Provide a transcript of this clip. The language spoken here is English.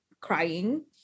Crying